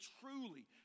truly